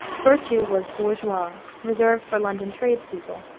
virtue was bourgeois reserved for london trades-people.